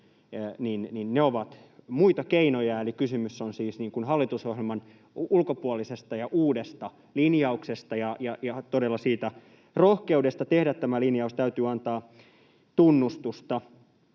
ovat muita keinoja. Eli kysymys on siis hallitusohjelman ulkopuolisesta ja uudesta linjauksesta, ja siitä rohkeudesta tehdä tämä linjaus täytyy todella antaa tunnustusta.